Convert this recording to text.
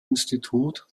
institut